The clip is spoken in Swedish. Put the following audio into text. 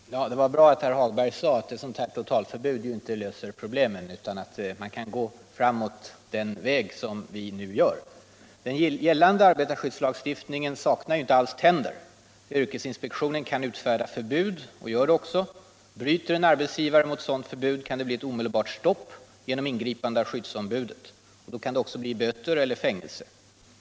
Herr talman! Det var bra att herr Hagberg i Borlänge sade att ett totalförbud inte löser problemen, utan att vi kan gå framåt på den väg som vi nu följer. Den gällande arbetarskyddslagstiftningen saknar inte alls tänder. Yrkesinspektionen kan utfärda förbud och gör det också. Bryter en arbetsgivare mot ett sådant förbud, kan det bli ett omedelbart stopp genom ingripande av skyddsombudet. Straffet kan då bli böter eller fängelse.